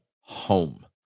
home